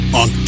on